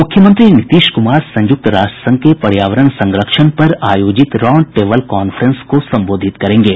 मुख्यमंत्री नीतीश कुमार संयुक्त राष्ट्र संघ के पर्यावरण संरक्षण पर आयोजित राउंड टेबल कांफ्रेंस को संबोधित करेंगे